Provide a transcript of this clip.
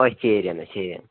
ഓ ശരി എന്നാല് ശരി എന്നാല്